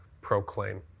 proclaim